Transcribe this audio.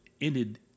ended –